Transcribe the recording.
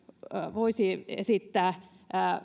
voisi esittää